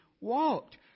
walked